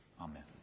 Amen